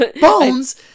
Bones